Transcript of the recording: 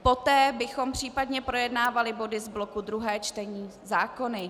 Poté bychom případně projednávali body z bloku druhé čtení zákony.